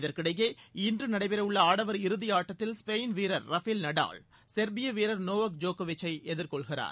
இதற்கிடையே இன்று நடைபெறவுள்ள ஆடவர் இறுதியாட்டத்தில் ஸ்பெயின் வீரர் ரபேல் நடால் செர்பிய வீரர் நோவக் ஜோக்கோவிச்சை எதிர்கொள்கிறார்